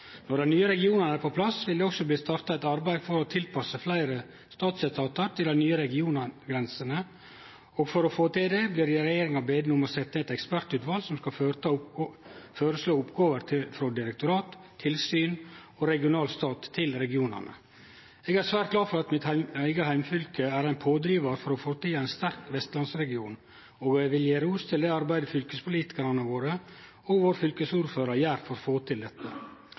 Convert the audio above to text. Når dei nye regionane er på plass, vil det også bli starta eit arbeid for å tilpasse fleire statsetatar til dei nye regiongrensene, og for å få til det blir regjeringa beden om å setje ned eit ekspertutval som skal føreslå oppgåver frå direktorat/tilsyn og regional stat til regionane. Eg er svært glad for at mitt eige heimfylke er ein pådrivar for å få til ein sterk vestlandsregion, og eg vil gje ros for det arbeidet som fylkespolitikarane og fylkesordføraren gjer for å få til dette.